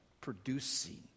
producing